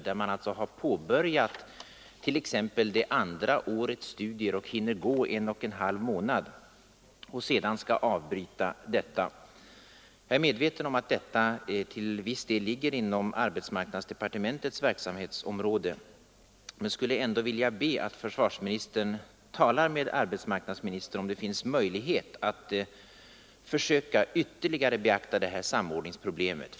Då har de påbörjat exempelvis det andra årets studier och hunnit gå en och en halv månad och skall sedan avbryta dessa studier. Jag är medveten om att detta problem till viss del ligger inom arbetsmarknadsdepartementets verksamhetsområde men skulle ändå vilja be försvarsministern att tala med arbetsmarknadsministern om det finns möjlighet att ytterligare beakta det här samordningsproblemet.